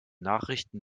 nachrichten